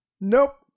Nope